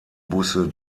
busse